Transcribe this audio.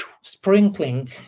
sprinkling